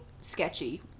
sketchy